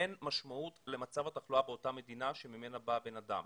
אין משמעות למצב התחלואה במדינה שממנה בא הבן אדם.